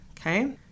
okay